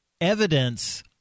evidence